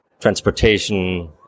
transportation